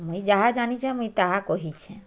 ମୁଇଁ ଯାହା ଜାନିଛେଁ ମୁଇଁ ତାହା କହିଛେଁ